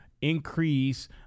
increase